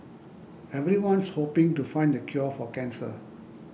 everyone's hoping to find the cure for cancer